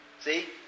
See